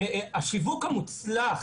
השיווק המוצלח,